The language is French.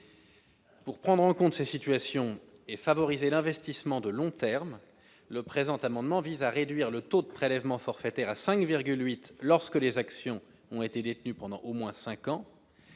Pour prendre en compte ces situations et favoriser l'investissement de long terme, le présent amendement vise à réduire le taux de prélèvement forfaitaire à 5,8 % lorsque les actions ont été détenues pendant au moins cinq